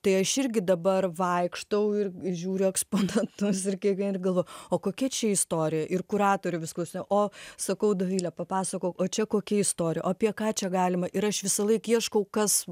tai aš irgi dabar vaikštau ir ir žiūriu eksponatus ir kiekvieną dieną ir galvoju o kokia čia istorija ir kuratorių vis klausinėju o sakau dovile papasakok o čia kokia istorija apie ką čia galima ir aš visąlaik ieškau kas